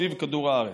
סביב כדור הארץ.